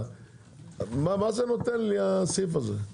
מה נותן לי הסעיף הזה?